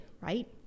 right